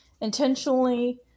intentionally